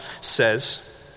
says